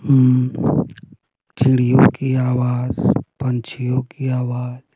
चिड़ियों की आवाज पंछियों की आवाज